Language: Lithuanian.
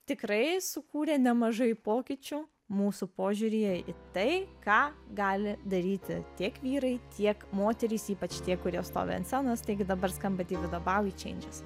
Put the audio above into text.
tikrai sukūrė nemažai pokyčių mūsų požiūryje į tai ką gali daryti tiek vyrai tiek moterys ypač tie kurie stovi ant scenos taigi dabar skamba deivido bovi changes